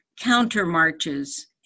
counter-marches